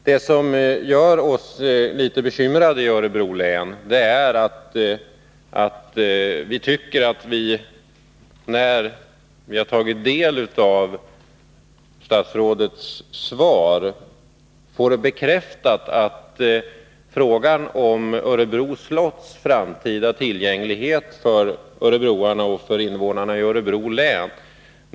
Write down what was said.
Det som gör oss bekymrade i Örebro län är att vi tycker att frågan om Örebro slotts framtid hanteras som om det i första hand gällde hur tingsrätten i Örebro skall få bästa möjliga lokaler.